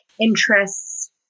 interests